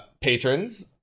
patrons